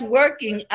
working